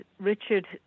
Richard